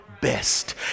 best